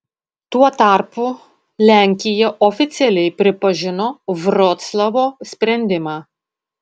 tuo tarpu lenkija oficialiai pripažino vroclavo sprendimą